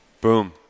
Boom